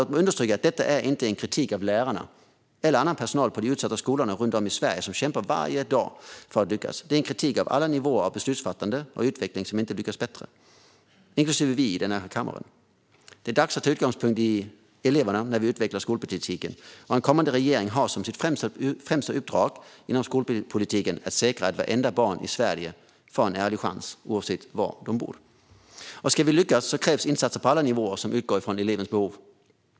Låt mig understryka att detta inte är en kritik av lärarna eller annan personal på de utsatta skolorna runt om i Sverige, som kämpar varje dag för att lyckas. Det är en kritik av alla nivåer av beslutsfattande och utveckling som inte lyckats bättre, inklusive oss i denna kammare. Det är dags att ta eleverna som utgångspunkt när vi utvecklar skolpolitiken. En kommande regering har som sitt främsta uppdrag inom skolpolitiken att säkra att alla barn i Sverige får en ärlig chans, oavsett var de bor. Ska vi lyckas krävs insatser på alla nivåer som utgår från elevens behov.